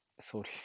sorry